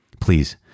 Please